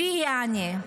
בלי יעני.